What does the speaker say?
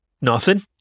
Nothing